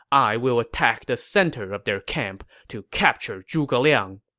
i will attack the center of their camp to capture zhuge liang.